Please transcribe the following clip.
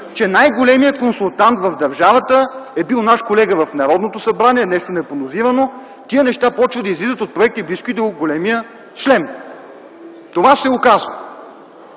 че най-големият консултант в държавата е бил наш колега в Народното събрание – нещо неподозирано. Тези неща започват да излизат от проекти действително от големия шлем. Това се оказа.